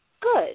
good